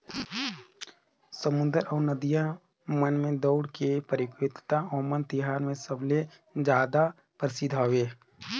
समुद्दर अउ नदिया मन में दउड़ के परतियोगिता ओनम तिहार मे सबले जादा परसिद्ध हवे